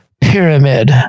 pyramid